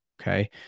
Okay